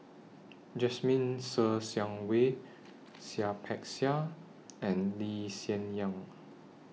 Jasmine Ser Xiang Wei Seah Peck Seah and Lee Hsien Yang